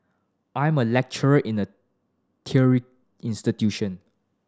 I'm a lecturer in a teary institution